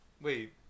Wait